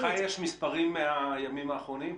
אוריין, לך יש מספרים מהימים האחרונים,